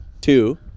two